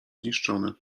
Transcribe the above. zniszczony